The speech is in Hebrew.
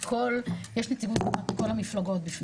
ויש נציגות כמעט בכל המפלגות.